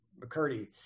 McCurdy